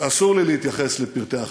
אסור לי להתייחס לפרטי החקירה,